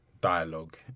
dialogue